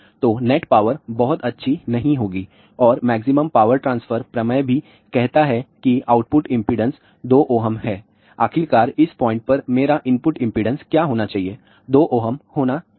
तो net power बहुत अच्छी नहीं होगी और मैक्सिमम पावर ट्रांसफर प्रमेय भी कहता है कि आउटपुट इंपेडेंस 2 Ω है आखिरकार इस पॉइंट पर मेरा इनपुट इंपेडेंस क्या होना चाहिए 2 Ω होना चाहिए